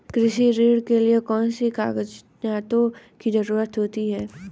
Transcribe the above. कृषि ऋण के लिऐ कौन से कागजातों की जरूरत होती है?